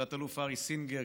תת-אלוף ארי סינגר,